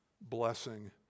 blessing